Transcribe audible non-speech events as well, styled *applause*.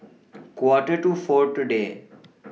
*noise* Quarter to four today